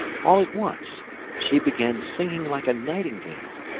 all at once she began singing like a nightingale,